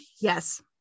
yes